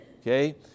Okay